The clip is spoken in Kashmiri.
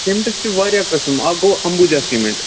سیٖمٹس چھِ واریاہ قٕسٕم اَکھ گوٚو اَمبوٗجا سیٖمنٹ